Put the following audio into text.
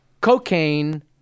cocaine